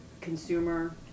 Consumer